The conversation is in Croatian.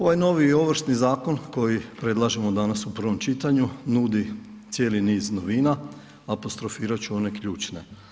Ovaj novi ovršni zakon koji predlažemo danas u prvom čitanju nudi cijeli niz novina, apostrofirat ću one ključne.